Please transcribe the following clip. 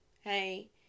Hey